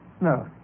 No